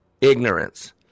ignorance